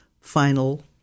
final